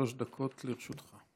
שלוש דקות לרשותך,